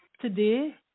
today